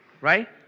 right